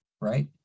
right